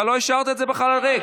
לא השארת את זה בחלל ריק.